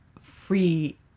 free